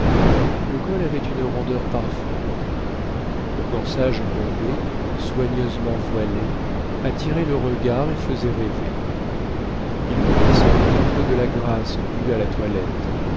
le col avait une rondeur parfaite le corsage bombé soigneusement voilé attirait le regard et faisait rêver il manquait sans doute un peu de la grâce due à la toilette